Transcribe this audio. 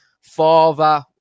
father